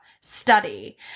study